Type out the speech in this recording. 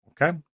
Okay